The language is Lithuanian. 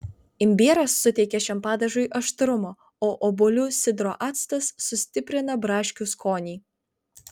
imbieras suteikia šiam padažui aštrumo o obuolių sidro actas sustiprina braškių skonį